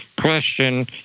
question